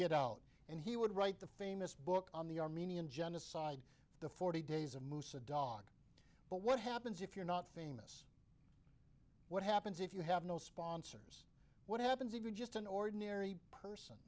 get out and he would write the famous book on the armenian genocide the forty days a moose a dog but what happens if you're not famous what happens if you have no sponsors what happens if you're just an ordinary person